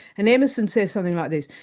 and emerson says something like this.